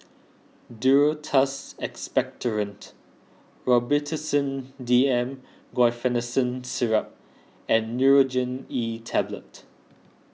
Duro Tuss Expectorant Robitussin D M Guaiphenesin Syrup and Nurogen E Tablet